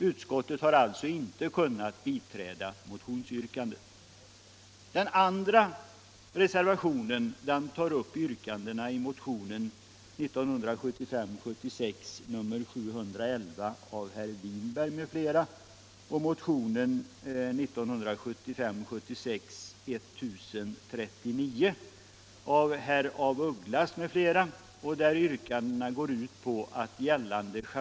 Utskottet har därför inte kunnat biträda motionsyrkandet.